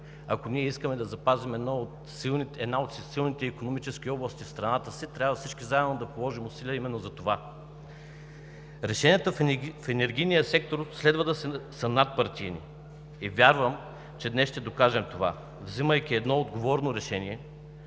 Ако ние искаме да запазим една от силните икономически области в страната си, трябва всички заедно да положим усилия именно за това. Решенията в енергийния сектор следва да са надпартийни и вярвам, че днес ще докажем това, взимайки едно отговорно решение